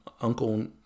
Uncle